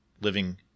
living